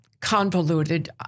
convoluted